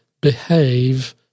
behave